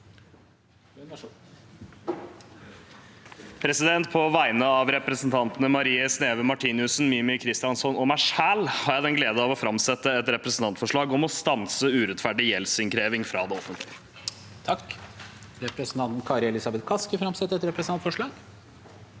På vegne av representantene Marie Sneve Martinussen, Mímir Kristjánsson og meg selv har jeg gleden av å framsette et representantforslag om å stanse urettferdig gjeldsinnkreving fra det offentlige. Presidenten Representanten Kari Elisa- beth Kaski vil framsette et representantforslag.